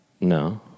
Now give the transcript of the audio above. No